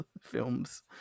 films